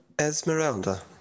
Esmeralda